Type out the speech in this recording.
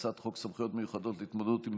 לפיכך אני קובע שהצעת חוק הביטוח הלאומי (תיקון מס'